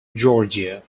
georgia